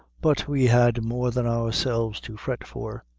but we had more than ourselves to fret for.